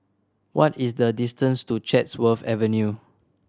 what is the distance to Chatsworth Avenue